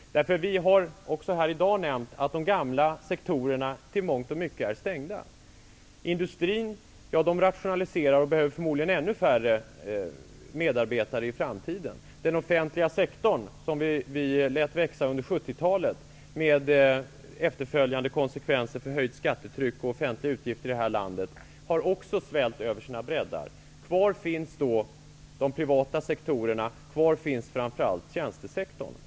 Vi har också här i dag nämnt att de gamla sektorerna till mångt och mycket är stängda. Industrin rationaliserar och behöver förmodligen ännu färre medarbetare i framtiden. Den offentliga sektorn -- som vi lät växa under 70-talet, med efterföljande konsekvenser i form av höjt skattetryck och ökade offentliga utgifter i detta land -- har också svällt över sina breddar. Kvar finns då de privata sektorerna, och kvar finns framför allt tjänstesektorn.